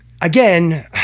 Again